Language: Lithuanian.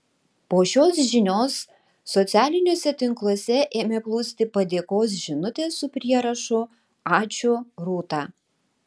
po šios žinios socialiniuose tinkluose ėmė plūsti padėkos žinutės su prierašu ačiū rūta